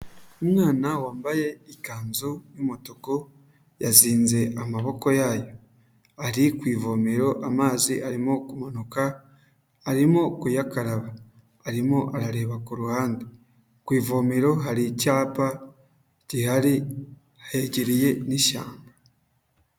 Umwana wambaye ikanzu y'umutuku yazinze amaboko yayo, ari ku ivomero amazi arimo kumanuka arimo kuyakaraba, arimo arareba ku ruhande, ku ivomero hari icyapa gihari hegereye n'ishyamba.